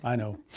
i know,